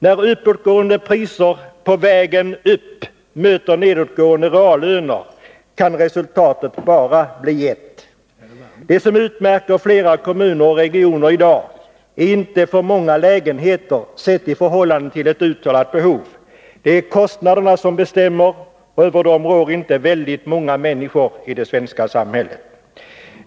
När uppåtgående = iser på vägen upp möter nedåtgående reallöner kan resultatet bara bli ett. Det som utmärker flera kommuner och regioner i dag ärinte alltför många lägenheter sett i förhållande till ett uttalat behov. Det är kostnaderna som bestämmer och över dem rår inte många människor i det svenska samhället.